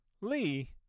Lee